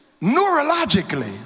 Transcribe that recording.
Neurologically